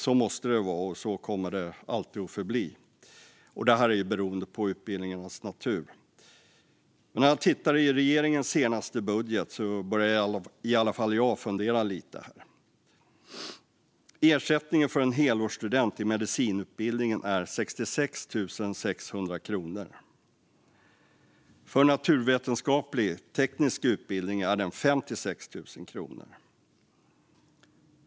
Så måste det vara, och så kommer det alltid att förbli. Det är ju beroende på utbildningarnas natur. Men när jag tittar i regeringens senaste budget börjar jag i alla fall att fundera lite. Ersättningen för en helårsstudent på medicinutbildningen är 66 600 kronor. För naturvetenskaplig eller teknisk utbildning är den 56 000 kronor.